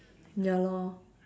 ya lor